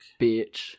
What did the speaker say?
bitch